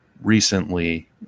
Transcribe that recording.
recently